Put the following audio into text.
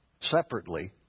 separately